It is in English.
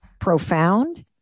profound